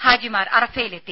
ഹാജിമാർ അറഫയിലെത്തി